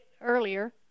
earlier